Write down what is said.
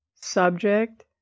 subject